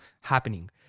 happening